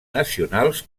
nacionals